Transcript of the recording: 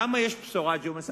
למה יש בשורה, ג'ומס?